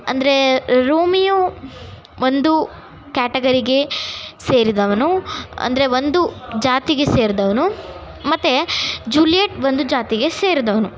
ಅಂದರೆ ರೋಮಿಯೋ ಒಂದು ಕ್ಯಾಟಗರಿಗೆ ಸೇರಿದವನು ಅಂದರೆ ಒಂದು ಜಾತಿಗೆ ಸೇರಿದವನು ಮತ್ತೆ ಜೂಲಿಯೆಟ್ ಒಂದು ಜಾತಿಗೆ ಸೇರಿದವನು